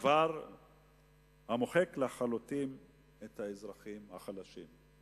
דבר המוחק לחלוטין את האזרחים החלשים.